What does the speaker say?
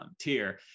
tier